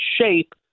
shape